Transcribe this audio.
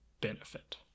benefit